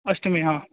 अष्टमी